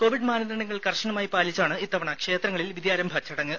Covid മാനദണ്ഡങ്ങൾ കർശനമായി പാലിച്ചാണ് ഇത്തവണ ക്ഷേത്രങ്ങളിൽ വിദ്യാരംഭ ചടങ്ങ്